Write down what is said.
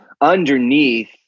underneath